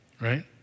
right